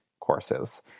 courses